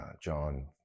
John